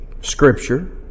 Scripture